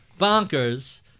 bonkers